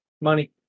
Money